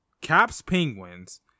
Caps-Penguins